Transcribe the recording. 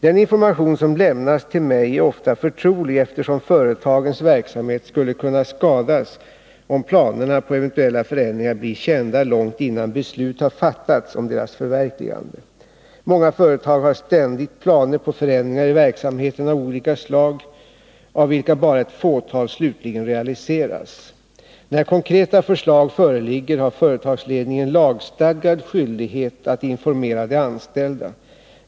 Den information som lämnas till mig är ofta förtrolig, eftersom företagens verksamhet skulle kunna skadas om planerna på eventuella förändringar blir kända långt innan beslut har fattats om deras förverkligande. Många företag har ständigt planer på förändringar i verksamheten av olika slag av vilka bara ett fåtal slutligen realiseras. När konkreta förslag föreligger har företagsledningen lagstadgad skyldighet att informera de anställda.